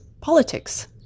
politics